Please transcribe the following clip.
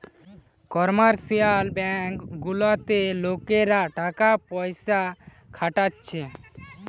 commercial bank গুলাতে লোকরা টাকা পয়সা খাটাচ্ছে